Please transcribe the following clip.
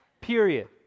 period